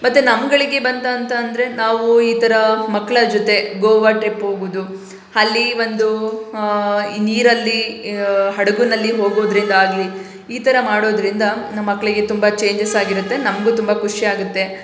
ಮತ್ತು ನಮ್ಮಗಳಿಗೆ ಬಂತ ಅಂತಂದರೆ ನಾವು ಈ ಥರ ಮಕ್ಕಳ ಜೊತೆ ಗೋವಾ ಟ್ರಿಪ್ ಹೋಗೋದು ಅಲ್ಲಿ ಒಂದು ಈ ನೀರಲ್ಲಿ ಹಡಗಿನಲ್ಲಿ ಹೋಗೋದ್ರಿಂದಾಗಲಿ ಈ ಥರ ಮಾಡೋದರಿಂದ ನಮ್ಮ ಮಕ್ಕಳಿಗೆ ತುಂಬ ಚೇಂಜಸ್ ಆಗಿರುತ್ತೆ ನಮಗೂ ತುಂಬ ಖುಷಿಯಾಗತ್ತೆ